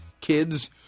kids